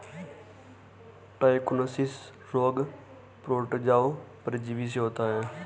trichodinosis रोग protozoa परजीवी से होता है